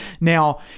Now